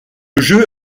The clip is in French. jeu